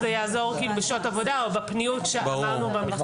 זה יעזור בשעות עבודה או בפניות שאמרנו --- ברור.